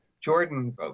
Jordan